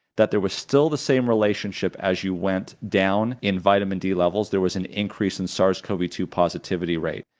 that there was still the same relationship as you went down in vitamin d levels, there was an increase in sars cov two positivity rate,